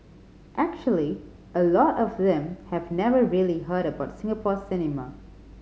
actually a lot of them have never really heard about Singapore cinema